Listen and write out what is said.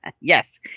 yes